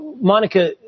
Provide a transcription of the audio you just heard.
Monica